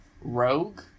rogue